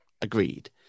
Agreed